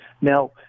Now